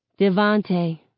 Devante